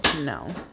no